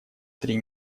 три